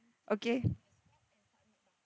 okay